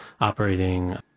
operating